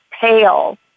pale